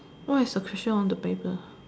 what is the question on the paper